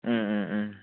अँ अँ अँ